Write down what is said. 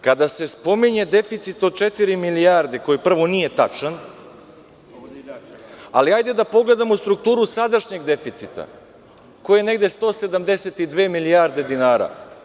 Kada se spominje deficit od četiri milijarde, koji prvo nije tačan, hajde da pogledamo strukturu sadašnjeg deficita koji je negde 172 milijarde dinara.